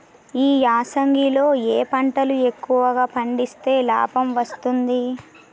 ఈ యాసంగి లో ఏ పంటలు ఎక్కువగా పండిస్తే లాభం వస్తుంది?